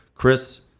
Chris